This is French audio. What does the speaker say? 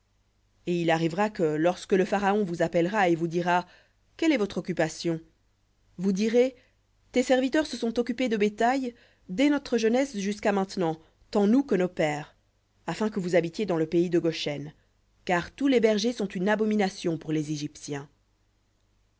et il arrivera que lorsque le pharaon vous appellera et vous dira quelle est votre occupation vous direz tes serviteurs se sont occupés de bétail dès notre jeunesse jusqu'à maintenant tant nous que nos pères afin que vous habitiez dans le pays de goshen car tous les bergers sont une abomination pour les égyptiens